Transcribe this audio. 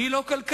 היא לא כלכלית.